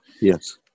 Yes